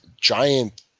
giant